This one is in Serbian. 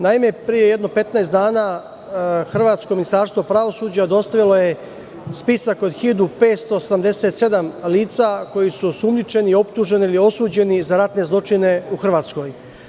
Naime, pre jedno 15 dana, hrvatsko Ministarstvo pravosuđa dostavilo je spisak od 1.587 lica koja su osumnjičena, optužena ili osuđena za ratne zločine u Hrvatskoj.